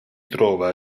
trova